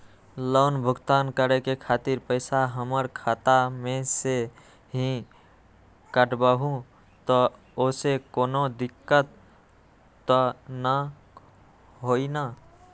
Loan भुगतान करे के खातिर पैसा हमर खाता में से ही काटबहु त ओसे कौनो दिक्कत त न होई न?